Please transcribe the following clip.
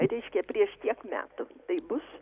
reiškia prieš tiek metų tai bus